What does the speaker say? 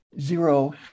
zero